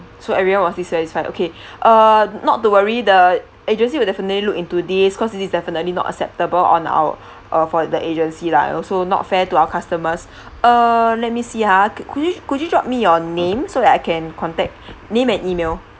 so everyone was dissatisfied okay err not to worry the agency will definitely look into this cause this is definitely not acceptable on our uh for the agency lah and also not fair to our customers uh let me see ha c~ could you could you drop me your name so that I can contact name and email